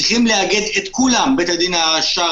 צריכים לעגן את כולם בית הדין השרעיים,